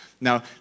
Now